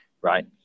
Right